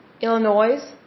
Illinois